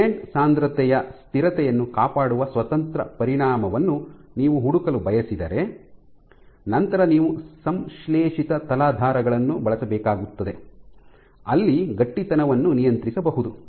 ligand ಸಾಂದ್ರತೆಯ ಸ್ಥಿರತೆಯನ್ನು ಕಾಪಾಡುವ ಸ್ವತಂತ್ರ ಪರಿಣಾಮವನ್ನು ನೀವು ಹುಡುಕಲು ಬಯಸಿದರೆ ನಂತರ ನೀವು ಸಂಶ್ಲೇಷಿತ ತಲಾಧಾರಗಳನ್ನು ಬಳಸಬೇಕಾಗುತ್ತದೆ ಅಲ್ಲಿ ಗಟ್ಟಿತನವನ್ನು ನಿಯಂತ್ರಿಸಬಹುದು